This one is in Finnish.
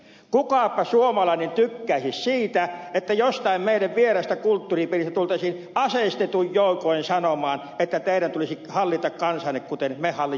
kukapa suomalainen tykkäisi siitä että jostain meille vieraasta kulttuuripiiristä tultaisiin aseistetuin joukoin sanomaan että teidän tulisi hallita kansaanne kuten me hallitsemme omaamme